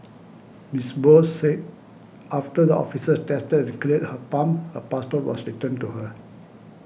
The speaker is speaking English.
Miss Bose said after the officers tested and cleared her pump her passport was returned to her